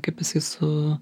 kaip jisai su